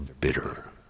bitter